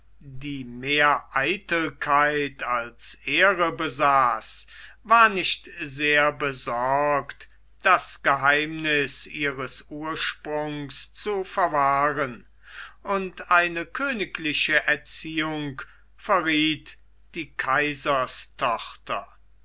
die mehr eitelkeit als ehre besaß war nicht sehr besorgt das geheimniß ihres ursprungs zu verwahren und eine königliche erziehung verrieth die